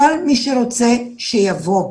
כל מי שרוצה שיבוא.